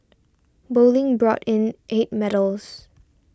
bowling brought in eight medals